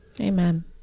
Amen